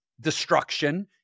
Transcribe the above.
destruction